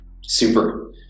super